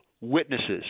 witnesses